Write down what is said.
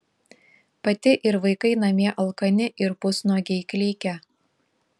pati ir vaikai namie alkani ir pusnuogiai klykia